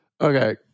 Okay